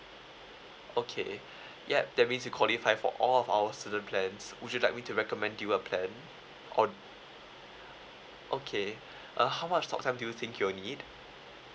okay yup that means you qualify for all of our student plans would you like me to recommend you a plan or okay uh how much talk time do you think you will need